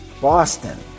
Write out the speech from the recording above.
Boston